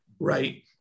right